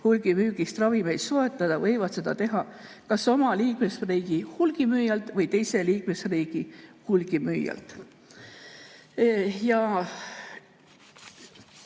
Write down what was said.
hulgimüügi teel ravimeid soetada, võiksid neid [osta] kas oma liikmesriigi hulgimüüjalt või teise liikmesriigi hulgimüüjalt.